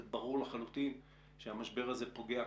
זה ברור לחלוטין שהמשבר הזה פוגע,